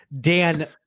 Dan